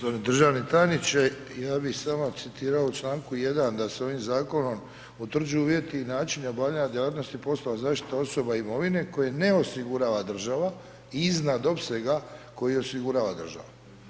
Poštovani državni tajniče, ja bih samo citirao u članku 1. da se ovim zakonom utvrđuju živjeti i načini obavljanja djelatnosti poslova, zaštite osoba i imovine koje ne osigurava država iznad opsega koji osigurava država.